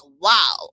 wow